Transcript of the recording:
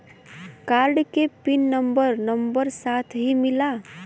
Card के pin number number साथही मिला?